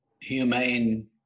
humane